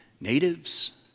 natives